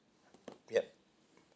yup